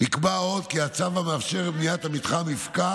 נקבע עוד כי הצו המאפשר את בניית המתחם יפקע